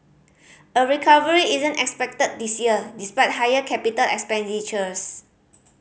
a recovery isn't expected this year despite higher capital expenditures